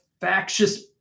factious